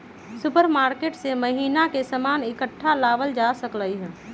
supermarket से महीना के सामान इकट्ठा लावल जा सका हई